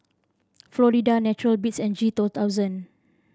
Florida Natural Beats and G two thousand